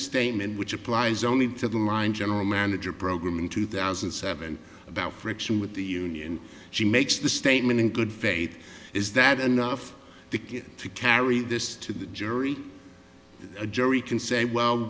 statement which applies only to the line general manager program in two thousand and seven about friction with the union she makes the statement in good faith is that enough to carry this to the jury a jury can say well